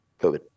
COVID